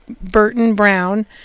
Burton-Brown